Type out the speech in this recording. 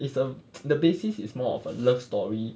is a the basis is more of a love story